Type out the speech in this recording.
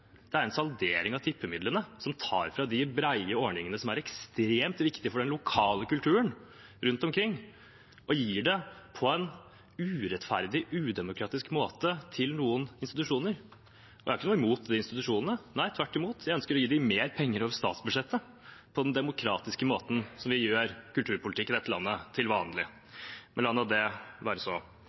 Gaveforsterkningsordningen er en saldering av tippemidlene som tar fra de brede ordningene, som er ekstremt viktige for den lokale kulturen rundt omkring, og gir det på en urettferdig, udemokratisk måte til noen institusjoner. Jeg har ikke noe imot de institusjonene. Nei, tvert imot, jeg ønsker å gi dem mer penger over statsbudsjettet, på den demokratiske måten, sånn som vi gjør det i kulturpolitikken i dette landet til vanlig. Men la nå det være.